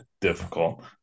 difficult